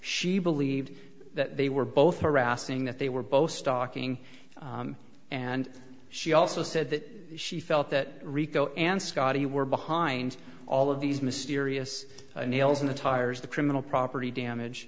she believed that they were both harassing that they were both stalking and she also said that she felt that rico and scotty were behind all of these mysterious nails in the tires the criminal property damage